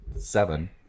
seven